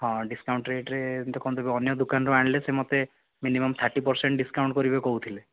ହଁ ଡିସ୍କାଉଣ୍ଟ୍ ରେଟ୍ରେ ଦେଖନ୍ତୁ ଅନ୍ୟ ଦୋକାନରୁ ଆଣିଲେ ସେ ମୋତେ ମିନିମମ୍ ଥାର୍ଟି ପର୍ସେଣ୍ଟ୍ ଡିସ୍କାଉଣ୍ଟ୍ କରିବେ କହୁଥିଲେ